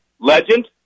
Legend